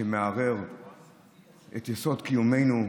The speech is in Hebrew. שמערער את יסוד קיומנו.